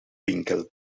winkel